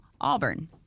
Auburn